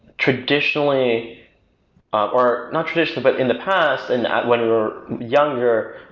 traditionally or not traditionally, but in the pat and when we were younger,